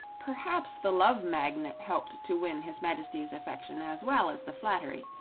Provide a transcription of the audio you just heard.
perhaps the love magnet helped to win his majesty's affections as well as the flattery,